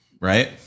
Right